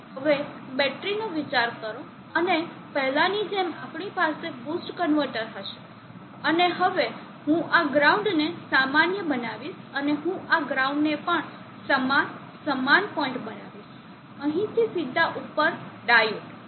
હવે બેટરીનો વિચાર કરો અને પહેલાની જેમ આપણી પાસે બુસ્ટ કન્વર્ટર હશે અને હું આ ગ્રાઉન્ડને સામાન્ય બનાવીશ અને હું આ ગ્રાઉન્ડને પણ સમાન સમાન પોઇન્ટ બનાવીશ અહીંથી સીધા ઉપર ડાયોડ